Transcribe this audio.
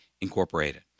incorporated